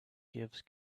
gives